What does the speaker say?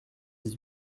dix